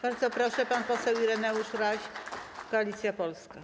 Bardzo proszę, pan poseł Ireneusz Raś, Koalicja Polska.